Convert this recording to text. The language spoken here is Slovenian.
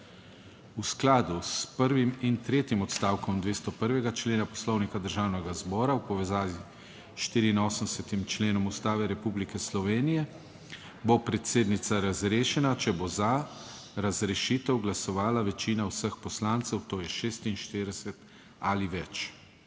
V skladu s prvim in tretjim odstavkom 201. člena Poslovnika Državnega zbora v povezavi s 84 členom Ustave Republike Slovenije bo predsednica razrešena, če bo za razrešitev glasovala večina vseh poslancev, to je 46 ali več.